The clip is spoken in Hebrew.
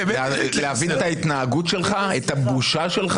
דיברנו אתמול על נושא המודל הרך והמודל הקשה.